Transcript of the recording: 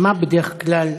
מה בדרך כלל,